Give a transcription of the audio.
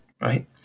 right